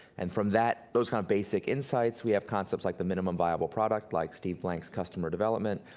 and from that, those kind of basic insights, we have concepts like the minimum viable product, like steve blank's customer development,